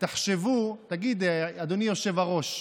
כי אתם תושלכו לפח האשפה של ההיסטוריה,